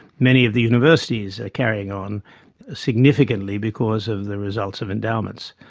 many of the universities are carrying on significantly because of the results of endowments.